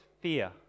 fear